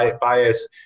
bias